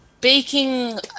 baking